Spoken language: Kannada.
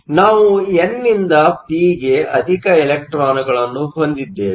ಆದ್ದರಿಂದ ನಾವು ಎನ್ ನಿಂದ ಪಿ ಗೆ ಅಧಿಕ ಇಲೆಕ್ಟ್ರಾನ್ಗಳನ್ನು ಹೊಂದಿದ್ದೇವೆ